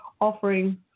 offering